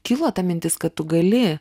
kilo ta mintis kad tu gali